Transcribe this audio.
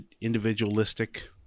individualistic